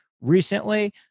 recently